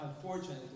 unfortunately